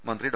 മന്ത്രി ഡോ